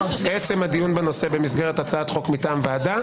הדיון בנושא במסגרת הצעת חוק מטעם ועדה,